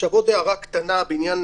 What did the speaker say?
עוד הערה קטנה בעניין